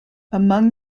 among